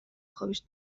خابش